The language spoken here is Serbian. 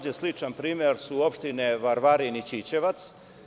Sledeći sličan primer su opštine Varvarin i Ćićevac.